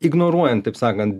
ignoruojant taip sakant